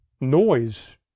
noise